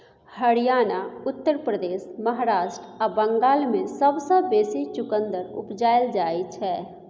हरियाणा, उत्तर प्रदेश, महाराष्ट्र आ बंगाल मे सबसँ बेसी चुकंदर उपजाएल जाइ छै